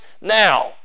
now